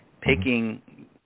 picking